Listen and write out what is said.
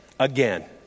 again